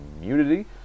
community